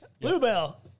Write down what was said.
bluebell